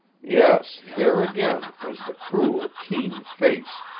yes, there again was the cruel, keen face,